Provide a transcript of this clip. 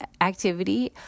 activity